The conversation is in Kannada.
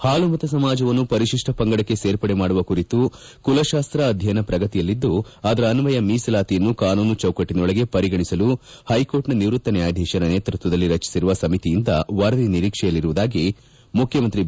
ಹಾಲುಮತ ಸಮಾಜವನ್ನು ಪರಿಶಿಷ್ಟ ಪಂಗಡಕ್ಕೆ ಸೇರ್ಪಡೆ ಮಾಡುವ ಕುರಿತು ಕುಲತಾಸ್ತ ಅಧ್ಯಯನ ಪ್ರಗತಿಯಲ್ಲಿದ್ದು ಅದರ ಅನ್ವಯ ಮೀಸಲಾತಿಯನ್ನು ಕಾನೂನು ಚೌಕಟ್ಟಿನೊಳಗೆ ಪರಿಗಣಿಸಲು ಹೈಕೋರ್ಟ್ನ ನಿವೃತ್ತ ನ್ಯಾಯಾಧೀಶರ ನೇತೃತ್ವದಲ್ಲಿ ರಚಿಸಿರುವ ಸಮಿತಿಯಿಂದ ವರದಿ ನಿರೀಕ್ಷೆಯಲ್ಲಿರುವುದಾಗಿ ಮುಖ್ಯಮಂತ್ರಿ ಬಿ